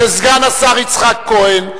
שסגן השר יצחק כהן,